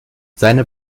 seine